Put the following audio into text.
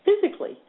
physically